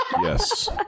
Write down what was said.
yes